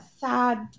sad